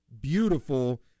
beautiful